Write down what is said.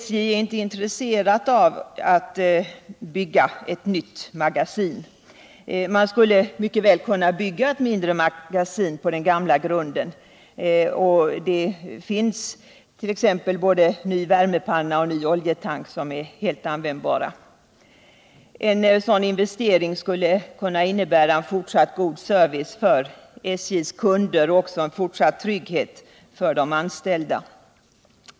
SJ är inte intresserat av att bygga ett nytt magasin. Man skulle mycket väl kunna bygga ett mindre magasin på den gamla grunden — det finns t.ex. både ny värmepanna och ny oljetank som är helt användbara. En sådan investering skulle kunna innebära fortsatt god service för SJ:s kunder och också en fortsatt trygghet för de anställda.